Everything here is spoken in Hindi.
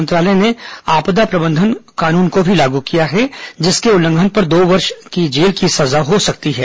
मंत्रालय ने आपदा प्रबंधन अधिनियम भी लागू किया है जिसके उल्लंघन पर दो वर्ष जेल की सजा हो सकती है